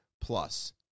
plus